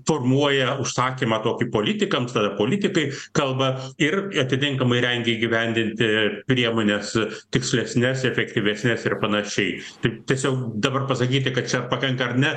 formuoja užsakymą tokį politikams tada politikai kalba ir atitinkamai rengia įgyvendinti priemones tikslesnes efektyvesnes ir panašiai taip tiesiog dabar pasakyti kad čia pakanka ar ne